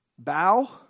Bow